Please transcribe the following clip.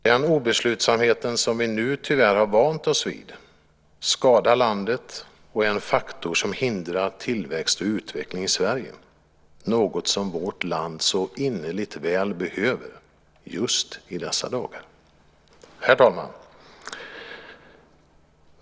Den obeslutsamhet som vi nu tyvärr har vant oss vid skadar landet och är en faktor som hindrar tillväxt och utveckling i Sverige, något som vårt land så innerligt väl behöver just i dessa dagar.